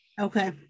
Okay